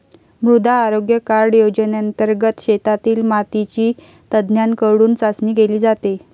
मृदा आरोग्य कार्ड योजनेंतर्गत शेतातील मातीची तज्ज्ञांकडून चाचणी केली जाते